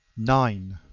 nine.